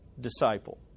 disciple